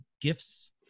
gifts